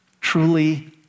truly